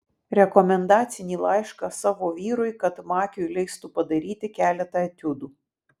rekomendacinį laišką savo vyrui kad makiui leistų padaryti keletą etiudų